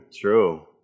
true